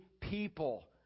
people